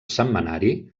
setmanari